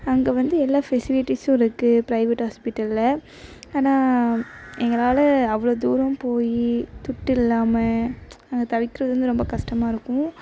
அங்கே வந்து எல்லாம் ஃபெஸிலிட்டிஸும் இருக்குது ப்ரைவேட் ஹாஸ்பிட்டலில் ஆனால் எங்களால் அவ்வளோ தூரம் போயி துட்டு இல்லாமல் அங்கே தவிர்க்கிறது வந்து ரொம்ப கஷ்டமா இருக்கும்